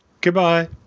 Goodbye